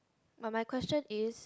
but my question is